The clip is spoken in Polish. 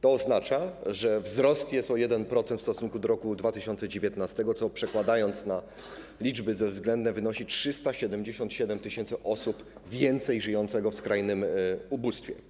To oznacza wzrost o 1% w stosunku do roku 2019, co - przekładając to na liczby bezwzględne - wynosi 377 tys. osób więcej żyjących w skrajnym ubóstwie.